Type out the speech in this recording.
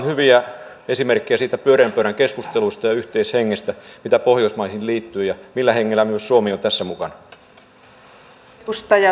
edustaja juvonen otti tuossa äsken esille tärkeän seikan ikäihmisistämme ja erityisesti naisista